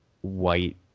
white